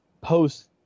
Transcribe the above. post